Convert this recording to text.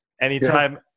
anytime